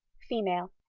female.